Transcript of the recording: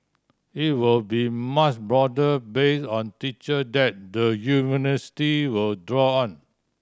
it will be broader base on teacher that the university will draw on